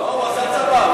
הוא עשה צבא,